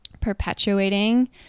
perpetuating